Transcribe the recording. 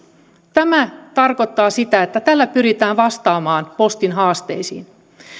tämä tarkoittaa sitä että tällä pyritään vastaamaan postin haasteisiin